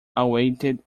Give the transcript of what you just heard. awaited